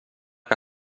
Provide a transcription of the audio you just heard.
que